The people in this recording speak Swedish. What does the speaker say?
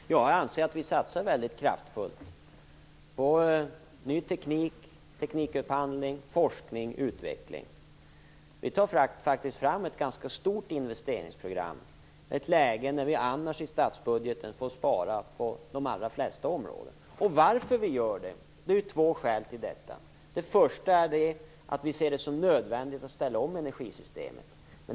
Herr talman! Jag anser att vi satsar mycket kraftfullt på ny teknik, teknikupphandling, forskning och utveckling. Vi tar faktiskt fram ett ganska stort investeringsprogram i ett läge då vi i övrigt i statsbudgeten får spara på de allra flesta områden. Det finns två skäl till att vi gör detta. Det första är att vi ser det som nödvändigt att ställa om energisystemet.